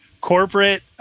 Corporate